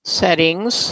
settings